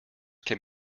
can